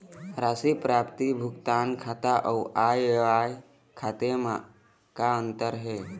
राशि प्राप्ति भुगतान खाता अऊ आय व्यय खाते म का अंतर हे?